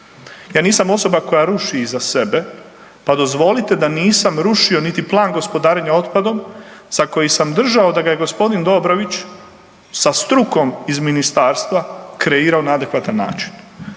Ja nisam osoba koja ruši iza sebe, pa dozvolite da nisam rušio niti plan gospodarenja otpadom za koji sam držao da ga je g. Dobrović sa strukom iz ministarstva kreirao na adekvatan način.